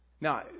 now